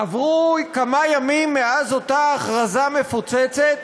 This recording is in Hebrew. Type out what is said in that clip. עברו כמה ימים מאז אותה הכרזה מפוצצת,